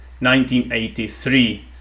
1983